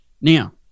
Now